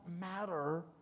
matter